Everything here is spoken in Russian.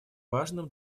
важным